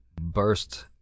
burst